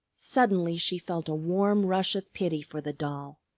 suddenly she felt a warm rush of pity for the doll.